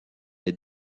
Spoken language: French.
les